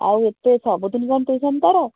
ଆଉ ଏତେ ସବୁ ଦିନ କ'ଣ ଟ୍ୟୁସନ ତାର